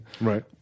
Right